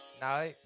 No